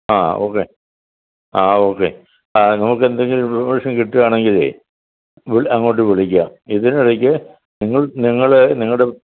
ആ ഓക്കെ ആ ഓക്കെ ആ നമുക്ക് എന്തെങ്കിലും ഇൻഫോർമേഷൻ കിട്ടുവാണെങ്കിലേ വിളി അങ്ങോട്ട് വിളിക്കാം ഇതിനിടയ്ക്ക് നിങ്ങൾ നിങ്ങൾ നിങ്ങളുടെ